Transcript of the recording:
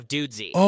Dudesy